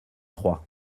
trois